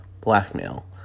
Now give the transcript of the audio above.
Blackmail